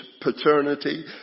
paternity